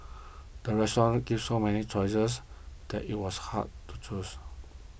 the restaurant gave so many choices that it was hard to choose